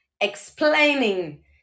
explaining